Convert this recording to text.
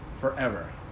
forever